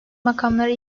makamları